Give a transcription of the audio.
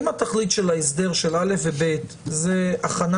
אם התכלית של ההסדר של (א) ו-(ב) היא הכנה